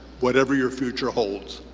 whatever your future holds.